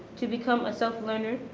to become a self learner,